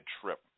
trip